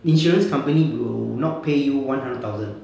insurance company will not pay you one hundred thousand